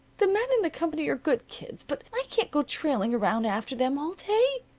the men in the company are good kids, but i can't go trailing around after them all day.